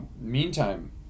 meantime